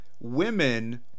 women